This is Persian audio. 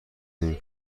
نمی